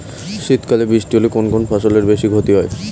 শীত কালে বৃষ্টি হলে কোন কোন ফসলের বেশি ক্ষতি হয়?